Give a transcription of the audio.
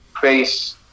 face